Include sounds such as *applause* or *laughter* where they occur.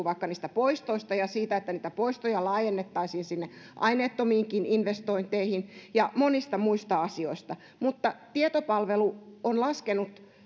*unintelligible* vaikka niistä poistoista ja siitä että niitä poistoja laajennettaisiin sinne aineettomiinkin investointeihin ja monista muista asioista mutta tietopalvelu on laskenut